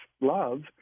love